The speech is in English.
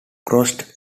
crossed